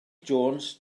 jones